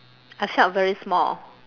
I felt very small